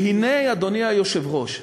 והנה, אדוני היושב-ראש,